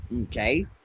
okay